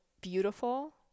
beautiful